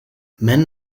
men